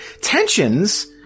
tensions